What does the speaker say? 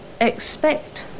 expect